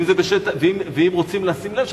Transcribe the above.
אם רוצים לשים להם,